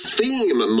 theme